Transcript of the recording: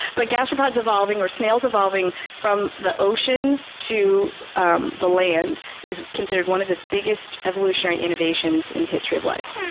but gastropods evolving, or snails evolving from the ocean to um the land is considered one of the biggest evolutionary innovations in the history of life.